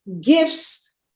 gifts